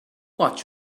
watch